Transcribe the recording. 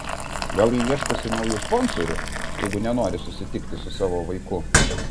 gal ji ieškosi naujų sponsorių jeigu nenori susitikti su savo vaiku